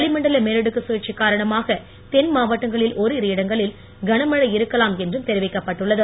வளிமண்டல மேலடுக்கு சுழற்சி காரணமாக தென்மாவட்டங்களில் ஓரிரு இடங்களில் கனமழை இருக்கலாம் என்றும் தெரிவிக்கப்பட்டுள்ளது